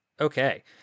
Okay